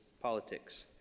politics